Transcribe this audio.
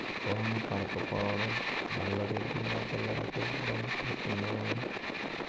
వాన పడకపోవడం వల్ల గడ్డి మేత లేక ఇబ్బంది పడతన్నావు